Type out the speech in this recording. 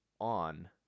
on